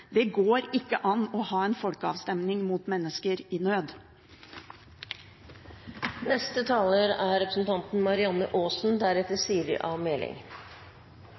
Det går ikke an å ha en folkeavstemning mot mennesker i nød.